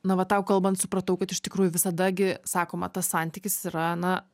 na va tau kalbant supratau kad iš tikrųjų visada gi sakoma tas santykis yra na